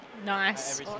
Nice